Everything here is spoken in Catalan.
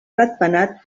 ratpenat